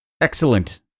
Excellent